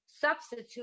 substitute